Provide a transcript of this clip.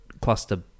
cluster